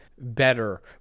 better